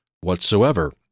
whatsoever